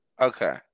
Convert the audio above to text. Okay